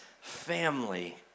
family